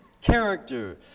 character